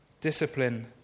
Discipline